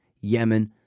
Yemen